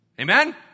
Amen